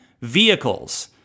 vehicles